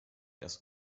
dass